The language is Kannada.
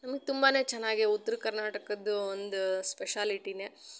ನಮಗ್ ತುಂಬ ಚೆನ್ನಾಗಿ ಉತ್ರ ಕರ್ನಾಟಕದ್ದು ಒಂದು ಸ್ಪೆಷಾಲಿಟಿನೇ